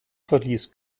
verließ